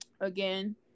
Again